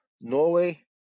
Norway